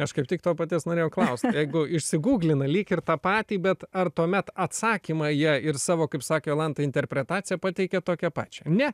aš kaip tik to paties norėjau klaust jeigu išsiguglina lyg ir tą patį bet ar tuomet atsakymą jie ir savo kaip sakė jolanta interpretaciją pateikia tokią pačią ne